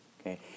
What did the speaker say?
okay